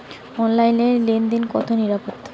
অনলাইনে লেন দেন কতটা নিরাপদ?